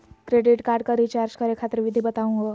Credit card क recharge करै खातिर विधि बताहु हो?